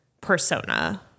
persona